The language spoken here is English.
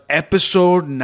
episode